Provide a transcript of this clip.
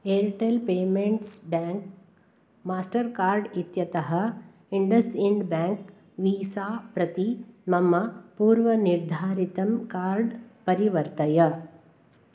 Airtel payments bank Mastercard इत्यतः IndusInd bank Visa प्रति मम पूर्वनिर्धारितं कार्ड् परिवर्तय